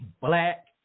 black